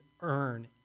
earn